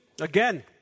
again